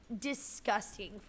disgusting